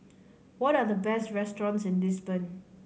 what are the best restaurants in Lisbon